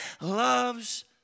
loves